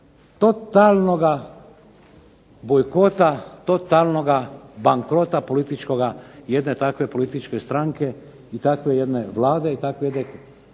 totalnoga bojkota, totalnoga bankrota političkoga jedne takve političke stranke i takve jedne vlade i takve jedne